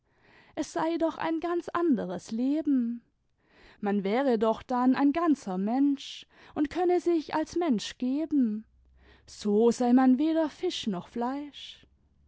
es sei doch ein ganz anderes leben man wäre doch dann ein ganzer mensch und könne sich als mensch geben so sei man weder fisch noch fleisch